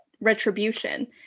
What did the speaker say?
retribution